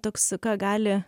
toks ką gali